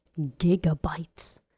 gigabytes